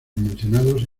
mencionados